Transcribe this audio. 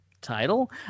title